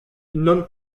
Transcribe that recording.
non